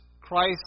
Christ